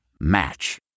Match